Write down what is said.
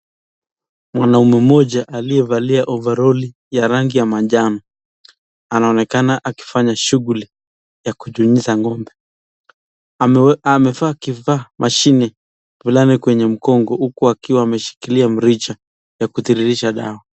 Mwanaume mmoja aliyevalia ovaroli ya rangi ya manjano, anaonekana akifanya shughuli ya kunyunyiza ng'ombe. Amefaa mashini fulani kwenye mgongo huku akiwa ameshikilia mrija wa kutiririsha dawa.